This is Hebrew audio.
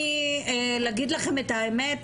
להגיד לכם את האמת?